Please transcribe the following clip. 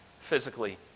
physically